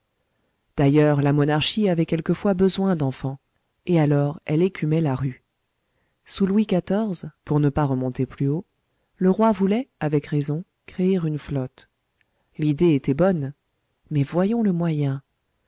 d'ailleurs la monarchie avait quelquefois besoin d'enfants et alors elle écumait la rue sous louis xiv pour ne pas remonter plus haut le roi voulait avec raison créer une flotte l'idée était bonne mais voyons le moyen